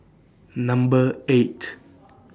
Number eight